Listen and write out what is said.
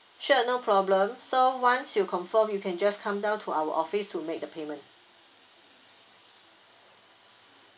sure no problem so once you confirm you can just come down to our office to make the payment